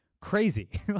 crazy